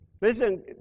Listen